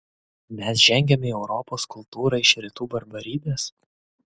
mes žengiame į europos kultūrą iš rytų barbarybės